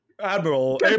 Admiral